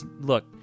Look